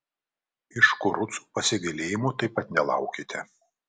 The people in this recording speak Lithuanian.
iš kurucų pasigailėjimo taip pat nelaukite